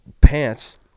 pants